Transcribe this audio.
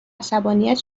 عصبانیت